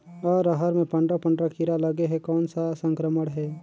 अरहर मे पंडरा पंडरा कीरा लगे हे कौन सा संक्रमण हे?